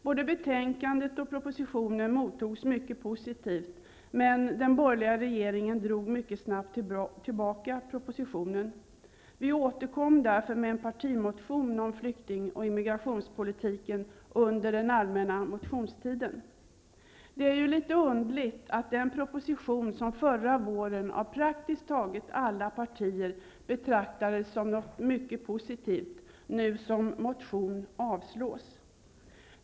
Både betänkandet och propositionen mottogs mycket positivt, men den borgerliga regeringen drog mycket snabbt tillbaka propositionen. Vi återkom därför under den allmänna motionstiden med en partimotion om flykting och immigrationspolitiken. Det är ju lite underligt att den proposition, som förra våren av praktiskt taget alla perier betraktades som något mycket positivt, nu som motion avslås.